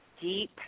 deep